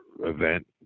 event